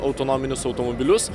autonominius automobilius